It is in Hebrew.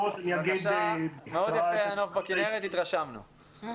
מאוד יפה הנוף בכנרת, התרשמנו.